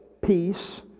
peace